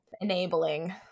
enabling